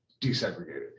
desegregated